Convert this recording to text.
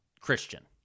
Christian